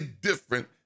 different